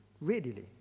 readily